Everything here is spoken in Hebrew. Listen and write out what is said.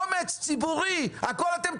הגיע הזמן שהמדינה תרצה להכניס יכול להיות שהיא לא רוצה,